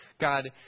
God